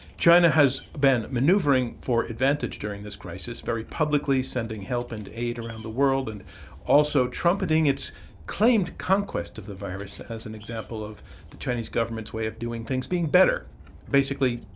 china has been maneuvering for advantage during this crisis, very publicly sending help and aid around the world, and also trumpeting trumpeting its claimed conquest of the virus as an example of the chinese government's way of doing things being better basically,